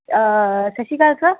ਸਤਿ ਸ਼੍ਰੀ ਅਕਾਲ ਸਰ